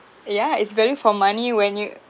yeah it's value for money when you